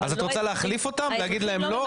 את רוצה להחליף אותם ולהגיד להם לא?